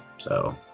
so,